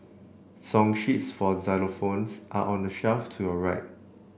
song sheets for xylophones are on the shelf to your right